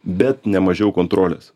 bet nemažiau kontrolės